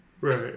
Right